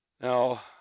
Now